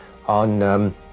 on